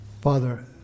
Father